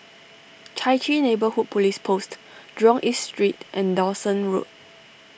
Chai Chee Neighbourhood Police Post Jurong East Street and Dawson Road